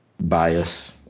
bias